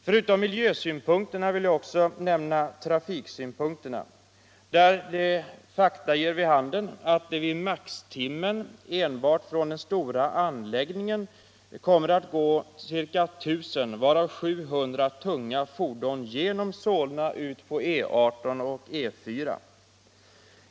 Förutom miljösynpunkterna vill jag också nämna trafiksynpunkterna, där fakta ger vid handen att det vid max-timmen enbart från den stora anläggningen kommer att gå ca 1 000 — varav 700 tunga — fordon genom 13 Solna ut på E 18 och E4.